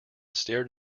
stared